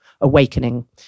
awakening